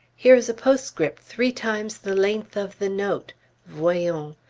here is a postscript three times the length of the note voyons.